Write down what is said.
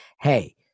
Hey